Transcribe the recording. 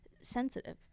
sensitive